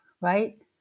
right